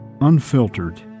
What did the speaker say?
unfiltered